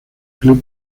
club